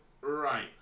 Right